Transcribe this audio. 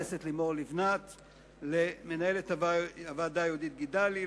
למנהלת הוועדה יהודית גידלי,